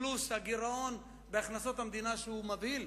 פלוס הגירעון בהכנסות המדינה, שהוא מבהיל.